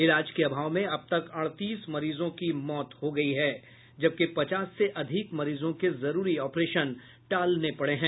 इलाज के अभाव में अब तक अड़तीस मरीजों की मौत हो गयी है जबकि पचास से अधिक मरीजों के जरूरी ऑपरेशन टालने पड़े हैं